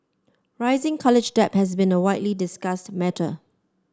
rising college debt has been a widely discussed matter